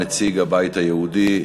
נציג הבית היהודי,